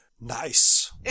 nice